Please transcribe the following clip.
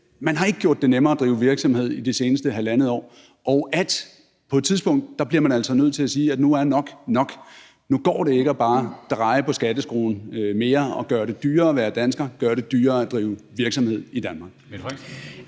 at man ikke har gjort det nemmere at drive virksomhed i det seneste halvandet år, og at man på et tidspunkt bliver nødt til at sige, at nu er nok nok; nu går det ikke bare at dreje mere på skatteskruen og gøre det dyrere at være dansker, gøre det dyrere at drive virksomhed i Danmark?